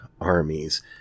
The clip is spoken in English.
armies